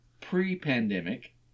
pre-pandemic